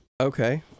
Okay